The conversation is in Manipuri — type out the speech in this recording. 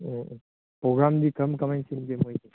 ꯎꯝ ꯎꯝ ꯄ꯭ꯔꯣꯒ꯭ꯔꯥꯝꯗꯤ ꯀꯔꯝꯅ ꯀꯃꯥꯏꯅ ꯁꯤꯟꯒꯦ ꯃꯈꯣꯏꯒꯤ